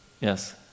Yes